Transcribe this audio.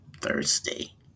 Thursday